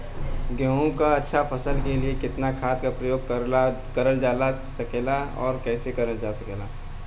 गेहूँक अच्छा फसल क लिए कितना खाद के प्रयोग करल जा सकेला और कैसे करल जा सकेला?